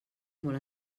molt